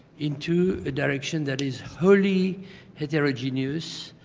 into a direction that is wholly heterogeneous